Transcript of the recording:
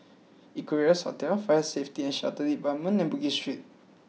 Equarius Hotel Fire Safety and Shelter Department and Bugis Street